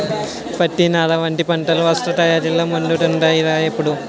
పత్తి, నార వంటి పంటలు వస్త్ర తయారీలో ముందుంటాయ్ రా ఎప్పుడూ